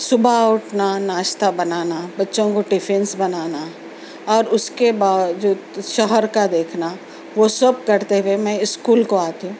صُبح اُٹھنا ناشتہ بنانا بچوں کو ٹفنٹس بنانا اور اُس کے بعد جو شوہر کا دیکھنا وہ سب کرتے ہوئے میں اسکول کو آتی ہوں